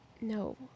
no